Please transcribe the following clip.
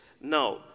now